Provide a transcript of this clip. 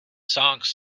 songs